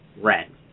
rent